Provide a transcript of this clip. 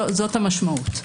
זו המשמעות.